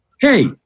hey